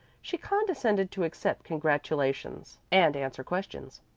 she condescended to accept congratulations and answer questions.